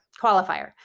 qualifier